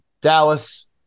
Dallas